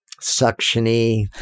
suction-y